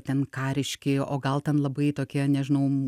ten kariški o gal ten labai tokie nežinau